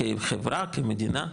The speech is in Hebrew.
כחברה, כמדינה.